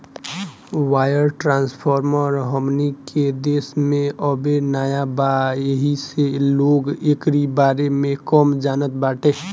wire transfer हमनी के देश में अबे नया बा येही से लोग एकरी बारे में कम जानत बाटे